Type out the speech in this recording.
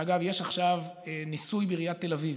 אגב, יש עכשיו ניסוי בעיריית תל אביב.